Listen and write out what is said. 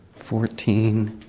fourteen.